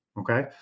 Okay